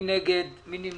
כפי שהוסבר,